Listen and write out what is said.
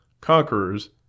conquerors